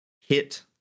hit